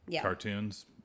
cartoons